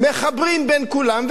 מחברים בין כולם.